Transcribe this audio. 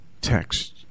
text